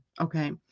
Okay